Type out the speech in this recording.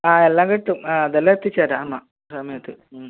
ആ എല്ലാം കിട്ടും ആ അതെല്ലാം എത്തിച്ചേരാം നമ്മൾ സമയത്ത്